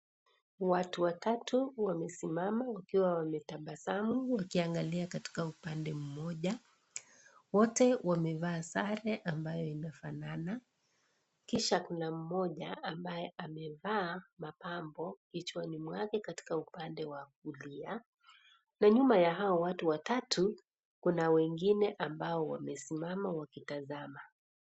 Watu watatu wamesimama wakiwa wametabasamu wakiangalia katika upande mmoja, wote wamevaa sare ambayo imefanana kisha kuna mmoja ambaye amevaa mapambo kichwani mwake, katika upande wa kulia na nyuma ya hao watu watatu kuna wengine ambao wamesimama wakitabasamu.